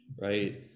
right